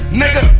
nigga